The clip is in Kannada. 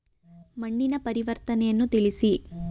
ಮಣ್ಣಿನ ಪರಿವರ್ತನೆಯನ್ನು ತಿಳಿಸಿ?